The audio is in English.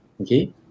okay